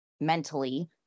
mentally